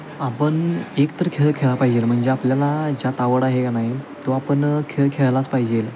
आपण एकतर खेळ खेळाया पाहिजे म्हणजे आपल्याला ज्यात आवड आहे का नाही तो आपण खेळ खेळायलाच पाहिजे